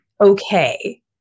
okay